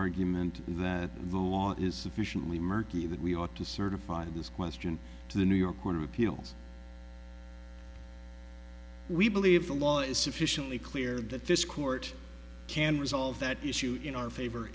argument that the law is sufficiently murky that we ought to certify this question to the new york court of appeals we believe the law is sufficiently clear that this court can resolve that issue in our favor